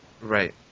Right